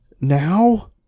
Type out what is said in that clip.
now